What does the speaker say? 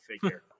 figure